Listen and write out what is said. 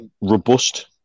robust